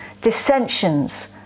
dissensions